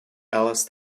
alice